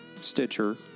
Stitcher